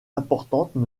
importantes